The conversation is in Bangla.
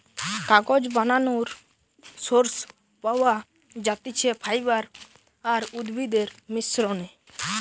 কাগজ বানানোর সোর্স পাওয়া যাতিছে ফাইবার আর উদ্ভিদের মিশ্রনে